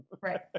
right